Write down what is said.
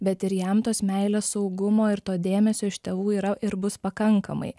bet ir jam tos meilės saugumo ir to dėmesio iš tėvų yra ir bus pakankamai